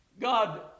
God